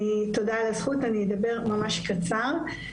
תודה על הזכות, אני אדבר ממש בקצרה.